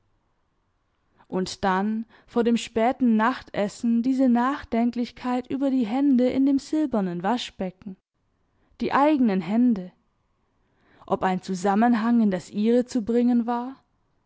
und dann vor dem späten nachtessen diese nachdenklichkeit über die hände in dem silbernen waschbecken die eigenen hände ob ein zusammenhang in das ihre zu bringen war